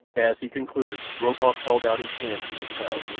as he concluded rokoff held out his hands for the child,